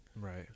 Right